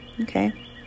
Okay